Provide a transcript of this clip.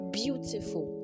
beautiful